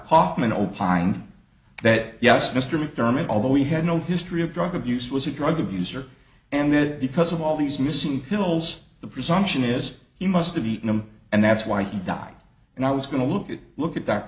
kaufmann opined that yes mr mcdermott although he had no history of drug abuse was a drug abuser and that because of all these missing pills the presumption is he must have eaten him and that's why he died and i was going to look at look at that